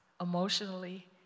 emotionally